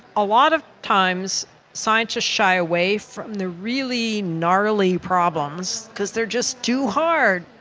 a lot of times scientists shy away from the really gnarly problems because they are just too hard,